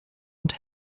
und